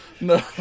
No